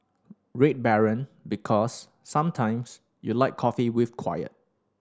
Red Baron Because sometimes you like coffee with quiet